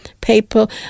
people